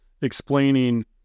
explaining